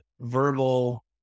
verbal